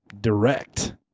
Direct